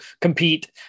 compete